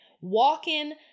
Walk-in